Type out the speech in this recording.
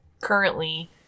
currently